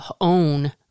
own